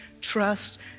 trust